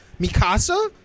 Mikasa